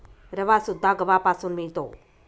रवासुद्धा गव्हापासून मिळतो